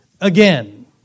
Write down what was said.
again